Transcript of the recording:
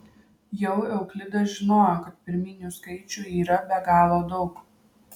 jau euklidas žinojo kad pirminių skaičių yra be galo daug